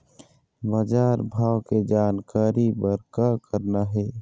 बजार भाव के जानकारी बर का करना हे?